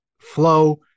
flow